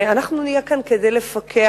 אנחנו נהיה כאן כדי לפקח,